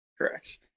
Correct